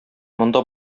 монда